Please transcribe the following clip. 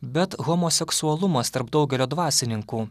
bet homoseksualumas tarp daugelio dvasininkų